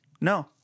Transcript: No